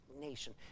nation